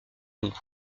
nous